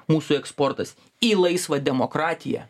mūsų eksportas į laisvą demokratiją